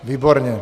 Výborně.